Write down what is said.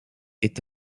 est